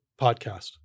podcast